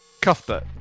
Cuthbert